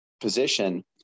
position